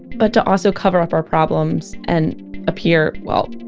but to also cover up our problems and appear well,